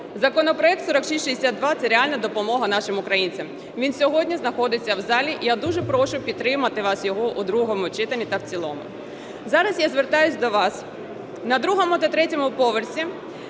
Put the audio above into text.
Законопроект 4662 – це реальна допомога нашим українцям. Він сьогодні знаходиться в залі, і я дуже прошу вас підтримати його у другому читанні та в цілому. Зараз я звертаюся до вас, на другому та третьому поверсі